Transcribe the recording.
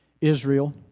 Israel